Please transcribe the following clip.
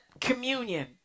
communion